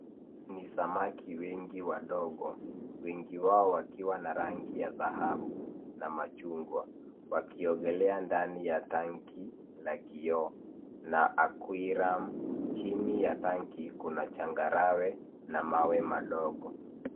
Ni samaki wengi wadogo, wengiwao wakiwa na rangi ya dhahabu na machungwa. Wakiogelea ndani ya tangi la kioo, na aquirum . Chini ya tangi kuna changarawe na mawe madogo.